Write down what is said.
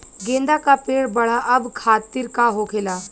गेंदा का पेड़ बढ़अब खातिर का होखेला?